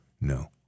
No